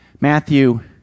Matthew